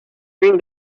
bring